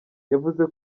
yavuze